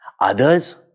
Others